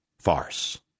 farce